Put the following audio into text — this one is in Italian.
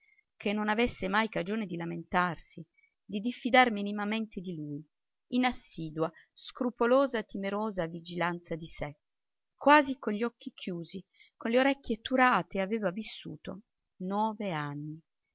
che non avesse mai cagione di lamentarsi di diffidar minimamente di lui in assidua scrupolosa timorosa vigilanza di sé quasi con gli occhi chiusi con le orecchie turate aveva vissuto nove anni